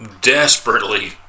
desperately